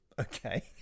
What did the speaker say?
okay